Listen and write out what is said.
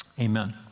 amen